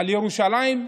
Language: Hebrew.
על ירושלים,